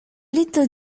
little